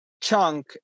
chunk